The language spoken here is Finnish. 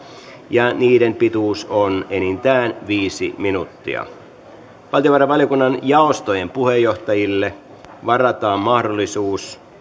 ja niiden pituus on enintään viisi minuuttia valtiovarainvaliokunnan jaostojen puheenjohtajille varataan mahdollisuus